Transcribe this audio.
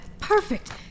Perfect